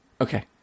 Okay